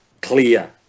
clear